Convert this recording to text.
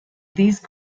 these